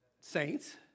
saints